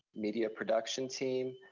media production team,